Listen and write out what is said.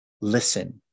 listen